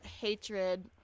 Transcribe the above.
hatred